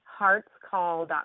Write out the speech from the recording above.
heartscall.com